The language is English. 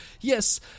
Yes